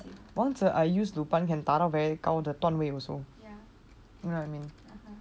wangzhe I used to buy can 打到 very 高的段位